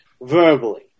verbally